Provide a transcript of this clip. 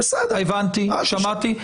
שמעתי.